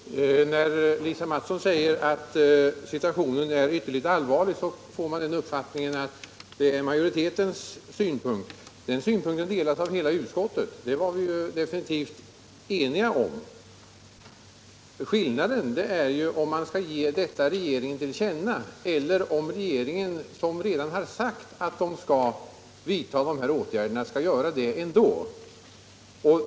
Herr talman! När Lisa Mattson säger att situationen är ytterligt allvarlig, får man den uppfattningen att det bara är majoritetens synpunkt. Men den synpunkten delas av hela utskottet. Vi var ju definitivt eniga om detta. Frågan är om man skall ge regeringen detta till känna eller om regeringen, som redan har sagt att den ämnar vidta åtgärderna, skall göra det ändå.